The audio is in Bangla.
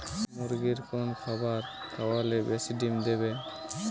মুরগির কোন খাবার খাওয়ালে বেশি ডিম দেবে?